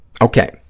Okay